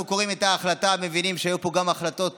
אנחנו קוראים את ההחלטה ומבינים שהיו פה גם החלטות